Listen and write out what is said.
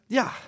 ja